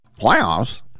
playoffs